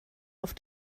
auf